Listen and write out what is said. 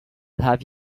have